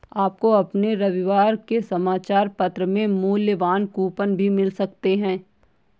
आपको अपने रविवार के समाचार पत्र में मूल्यवान कूपन भी मिल सकते हैं